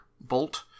bolt